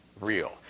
real